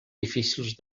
difícils